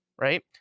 Right